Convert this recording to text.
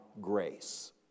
grace